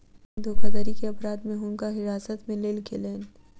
bank धोखाधड़ी के अपराध में हुनका हिरासत में लेल गेलैन